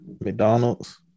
McDonald's